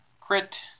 crit